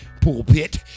pulpit